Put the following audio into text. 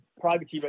privacy